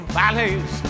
valleys